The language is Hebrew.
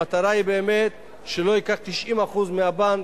המטרה היא באמת שלא ייקח 90% מהבנק,